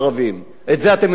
את זה אתם יודעים לבד.